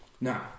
Now